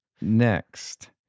Next